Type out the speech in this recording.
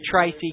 Tracy